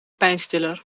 pijnstiller